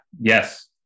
Yes